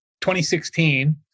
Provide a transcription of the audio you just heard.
2016